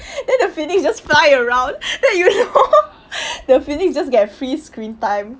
then the phoenix just fly around then you know the phoenix just get free screen time